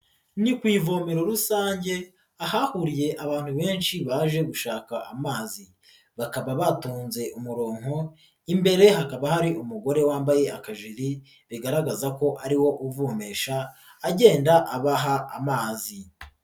Ni ku ivomero rusange ahahuriye abantu benshi baje gushaka amazi bakaba batonze umuronko, imbere hakaba hari umugore wambaye akajiri bigaragaza ko ari we uvomesha agenda abaha amazi.